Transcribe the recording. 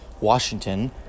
Washington